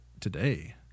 today